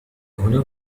هنا